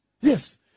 Yes